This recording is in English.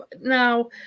now